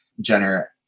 Jenner